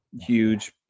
huge